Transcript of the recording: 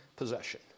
possession